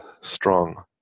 strong